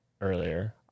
earlier